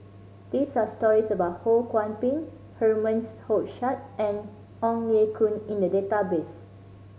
this are stories about Ho Kwon Ping Herman Hochstadt and Ong Ye Kung in the database